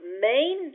main